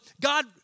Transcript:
God